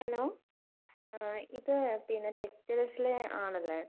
hello ആ ഇത് പിന്നെ ടെക്സ്റ്റൈൽസിലെ ആളല്ലേ